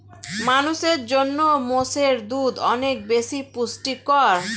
মানুষের জন্য মোষের দুধ অনেক বেশি পুষ্টিকর